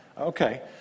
Okay